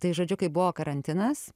tai žodžiu kai buvo karantinas